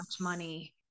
money